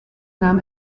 nahm